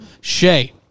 Shay